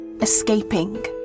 escaping